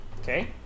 Okay